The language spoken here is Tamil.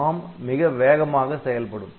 ARM மிக வேகமாக செயல்படும்